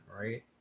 right